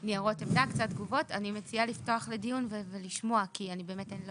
קצין תגמולים ושל ועדה רפואית על בסיס מבחנים שקבועים בתקנות.